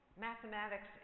mathematics